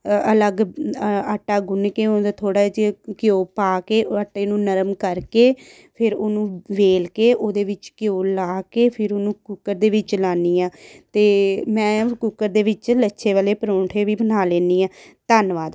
ਅਲੱਗ ਆਟਾ ਗੁੰਨ ਕੇ ਉਹਦੇ ਥੋੜ੍ਹਾ ਜਿਹਾ ਘਿਓ ਪਾ ਕੇ ਆਟੇ ਨੂੰ ਨਰਮ ਕਰਕੇ ਫਿਰ ਉਹਨੂੰ ਵੇਲ ਕੇ ਉਹਦੇ ਵਿੱਚ ਘਿਓ ਲਾ ਕੇ ਫਿਰ ਉਹਨੂੰ ਕੁੱਕਰ ਦੇ ਵਿੱਚ ਲਾਉਂਦੀ ਹਾਂ ਅਤੇ ਮੈਂ ਕੁੱਕਰ ਦੇ ਵਿੱਚ ਲੱਛੇ ਵਾਲੇ ਪਰੌਂਠੇ ਵੀ ਬਣਾ ਲੈਂਦੀ ਹਾਂ ਧੰਨਵਾਦ